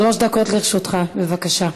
שלוש דקות לרשותך, בבקשה.